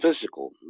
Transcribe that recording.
physical